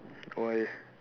why